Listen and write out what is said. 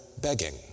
begging